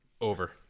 Over